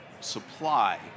Supply